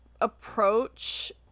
approach